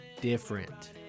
different